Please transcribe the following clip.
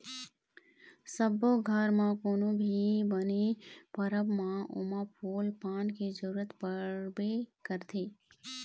सब्बो घर म कोनो भी बने परब म ओमा फूल पान के जरूरत पड़बे करथे